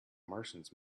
martians